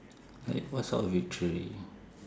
like what sort of victory